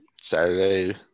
Saturday